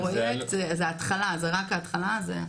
זו רק ההתחלה יריית הפתיחה.